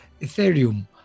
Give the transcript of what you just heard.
ethereum